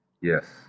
Yes